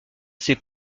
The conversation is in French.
ces